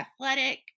athletic